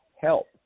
help